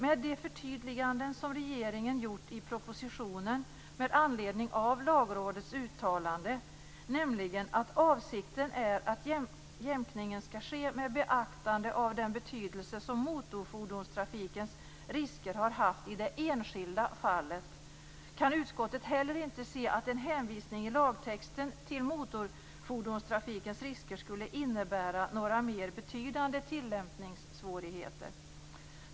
Med de förtydliganden som regeringen gjort i propositionen med anledning av Lagrådets uttalande, nämligen att avsikten är att jämkningen skall ske med beaktande av den betydelse som motorfordonstrafikens risker har haft i det enskilda fallet, kan utskottet heller inte se att en hänvisning i lagtexten till motorfordonstrafikens risker skulle innebära några mer betydande tillämpningssvårigheter.